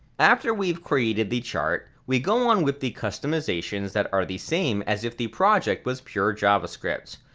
after we've created the chart, we go on with the customizations that are the same as if the project was pure javascript.